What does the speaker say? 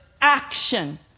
action